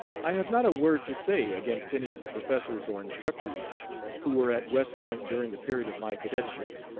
i have not a world to say against any of the professors or instructors who were at west point during the period of my cadetship.